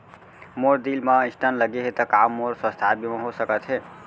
मोर दिल मा स्टन्ट लगे हे ता का मोर स्वास्थ बीमा हो सकत हे?